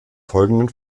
folgenden